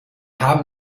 haben